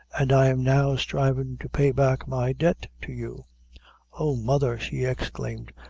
an' i'm now sthrivin' to pay back my debt to you oh, mother! she exclaimed,